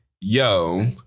yo